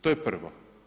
To je prvo.